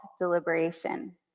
deliberation